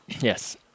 Yes